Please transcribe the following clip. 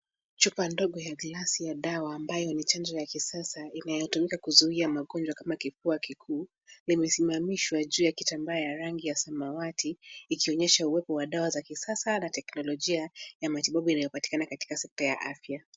Chupa ndogo ya glasi ya dawa, ambayo ni chanjo ya kisasa, inayotumika kuzuia magonjwa kama kifua kikuu, limesimamishwa juu ya kitambaa ya rangi ya samawati, ikionyesha uwepo wa dawa za kisasa na teknolojia ya matibabu inayopatikana katika sekta ya afya.